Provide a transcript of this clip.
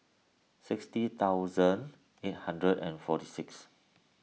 sixty thousand eight hundred and forty six